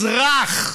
אזרח.